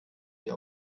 wir